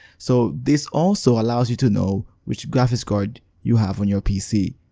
so this also allows you to know which graphics card you have on your pc.